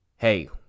hey